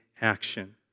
action